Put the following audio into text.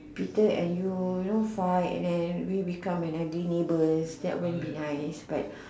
Peter and you don't fight and then we become an ideal neighbour that won't be nice but